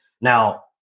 Now